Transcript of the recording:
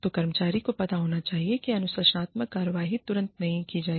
तो कर्मचारी को पता होना चाहिए कि अनुशासनात्मक कार्रवाई तुरंत नहीं की जाएगी